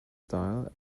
style